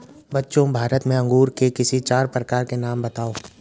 बच्चों भारत में अंगूर के किसी चार प्रकार के नाम बताओ?